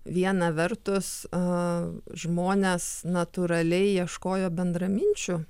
viena vertus a žmonės natūraliai ieškojo bendraminčių